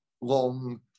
long